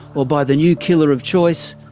or by the new killer of choice,